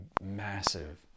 massive